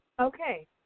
Okay